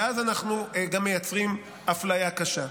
ואז אנחנו גם מייצרים אפליה קשה.